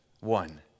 one